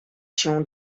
się